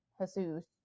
Jesus